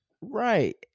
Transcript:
Right